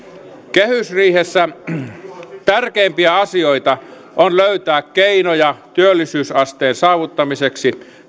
kehysriihessä tärkeimpiä asioita on löytää keinoja työllisyysasteen saavuttamiseksi